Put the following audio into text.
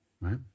right